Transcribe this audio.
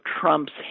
Trump's